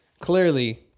Clearly